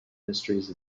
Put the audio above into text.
mysteries